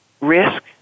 Risk